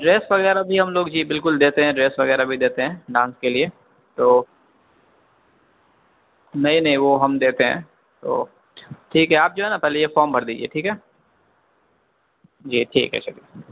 dress وغیرہ بھی ہم لوگ جی بالکل دیتے ہیں ڈریس وغیرہ بھی دیتے ہیں ڈانس کے لیے تو نہیں نہیں وہ ہم دیتے ہیں تو ٹھیک ہے آپ جو ہے نا پہلے یہ فام بھر دیجیے ٹھیک ہے جی ٹھیک ہے شکر